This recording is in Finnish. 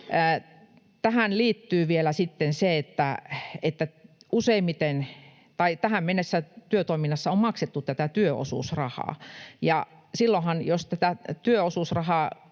Tähän liittyy vielä sitten se, että kun tähän mennessä työtoiminnassa on maksettu työosuusrahaa, niin jos tätä työ- ja